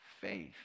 faith